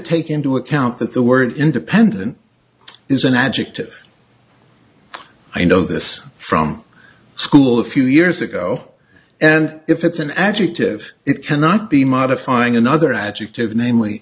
take into account that the word independent is an adjective i know this from school a few years ago and if it's an adjective it cannot be modifying another adjective namely